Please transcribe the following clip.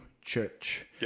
church